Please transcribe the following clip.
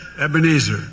ebenezer